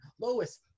Lois